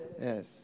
Yes